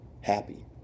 happy